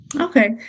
Okay